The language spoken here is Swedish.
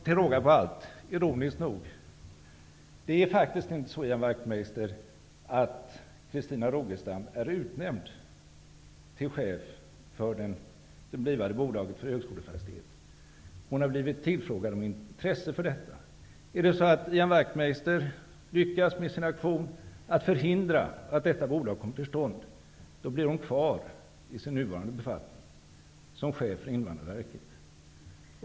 Till råga på allt, ironiskt nog, är det faktiskt inte så, Ian Wachtmeister, att Christina Rogestam är utnämnd till chef för det blivande bolaget för högskolefastigheter. Hon har blivit tillfrågad om intresse för detta. Om Ian Wachtmeister med sin aktion lyckas förhindra att detta bolag kommer till stånd, blir hon kvar i sin nuvarande befattning, som chef för Invandrarverket.